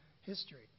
history